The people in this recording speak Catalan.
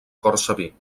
cortsaví